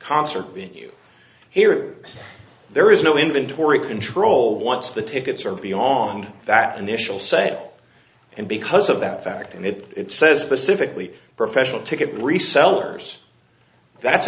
concert venue here there is no inventory control once the tickets are beyond that initial sale and because of that fact and it says specifically professional ticket reseller's that's